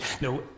no